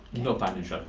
no financial.